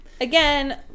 again